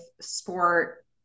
sport